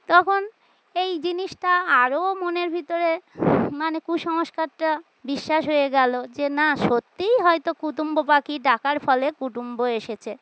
তখন এই জিনিসটা আরও মনের ভিতরে মানে কুসংস্কারটা বিশ্বাস হয়ে গেলো যে না সত্যিই হয়তো কুটুম্ব পাখি ডাকার ফলে কুটুম্ব এসেছে